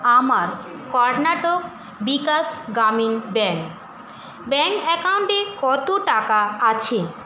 আমার Karnataka Vikas Grameen bank bank অ্যাকাউন্টে কত টাকা আছে